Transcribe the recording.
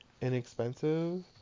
inexpensive